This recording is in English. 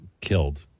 killed